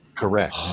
Correct